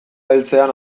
heltzean